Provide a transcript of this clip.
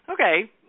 okay